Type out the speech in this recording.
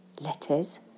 Letters